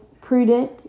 prudent